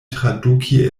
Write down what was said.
traduki